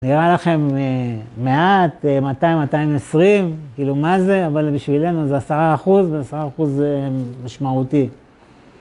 נראה לכם מעט, 200-220, כאילו מה זה, אבל בשבילנו זה 10% ו-10% זה משמעותי.